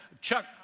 Chuck